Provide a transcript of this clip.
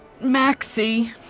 Maxie